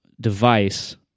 device